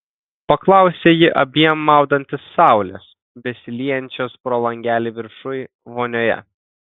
paklausė ji abiem maudantis saulės besiliejančios pro langelį viršuj vonioje